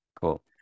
cool